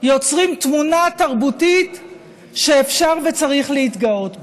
יוצרים תמונה תרבותית שאפשר וצריך להתגאות בה.